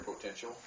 potential